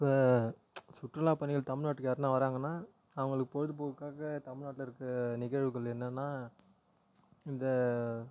இப்போ சுற்றுலா பயணிகள் தமிழ்நாட்டுக்கு யாருனா வராங்கன்னால் அவங்களுக்கு பொழுதுப்போக்குக்காக தமிழ்நாட்டில் இருக்கற நிகழ்வுகள் என்னென்னா இந்த